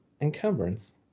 encumbrance